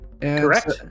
Correct